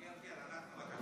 כן, כן, אנחנו עשינו.